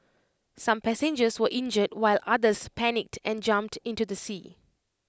some passengers were injured while others panicked and jumped into the sea